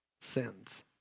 sins